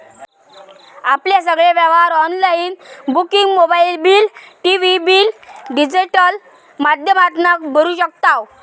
आपले सगळे व्यवहार online booking mobile bill, TV bill digital माध्यमातना भरू शकताव